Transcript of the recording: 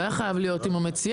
זה לא היה חייב להיות עם המציעה.